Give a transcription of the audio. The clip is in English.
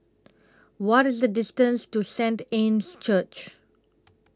What IS The distance to Saint Anne's Church